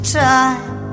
time